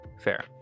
Fair